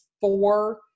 four